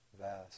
vast